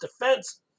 defense